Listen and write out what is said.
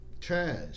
Trash